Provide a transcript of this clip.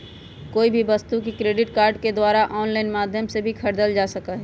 कोई भी वस्तु के क्रेडिट कार्ड के द्वारा आन्लाइन माध्यम से भी खरीदल जा सका हई